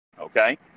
Okay